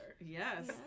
Yes